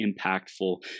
impactful